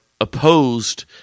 opposed